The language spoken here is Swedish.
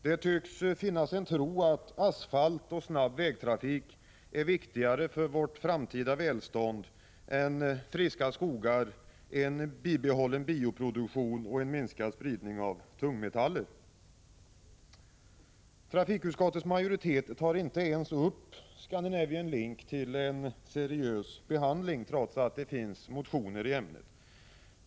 Det tycks finnas en tro att asfalt och snabb vägtrafik är viktigare för vårt framtida välstånd än friska skogar, en bibehållen bioproduktion och en minskad spridning av tungmetaller. Trafikutskottets majoritet tar inte ens upp Scandinavian Link till en seriös behandling trots att det finns motioner i ämnet.